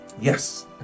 yes